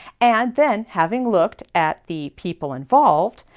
and then, having looked at the people involved,